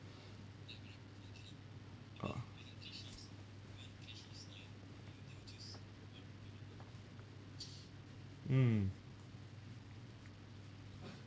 orh mm